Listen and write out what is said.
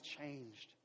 changed